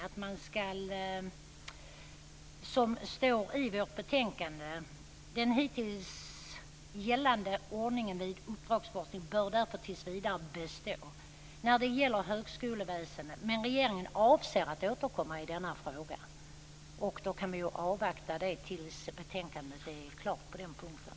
Som det står i betänkandet: Den hittills gällande ordningen vid uppdragsforskning bör därför tills vidare bestå, när det gäller högskoleväsendet, men regeringen avser att återkomma i denna fråga. Då kan man ju avvakta tills betänkandet är klart på den punkten.